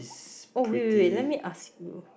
oh wait wait wait let me ask you